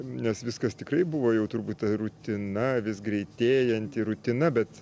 nes viskas tikrai buvo jau turbūt rutina vis greitėjanti rutina bet